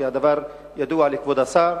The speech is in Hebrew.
והדבר ידוע לכבוד השר.